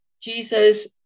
Jesus